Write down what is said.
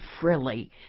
frilly